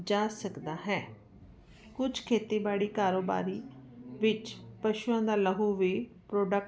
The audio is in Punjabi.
ਜਾ ਸਕਦਾ ਹੈ ਕੁਝ ਖੇਤੀਬਾੜੀ ਕਾਰੋਬਾਰੀ ਵਿੱਚ ਪਸ਼ੂਆਂ ਦਾ ਲਹੂ ਵੀ ਪ੍ਰੋਡਕਟ